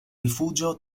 rifugio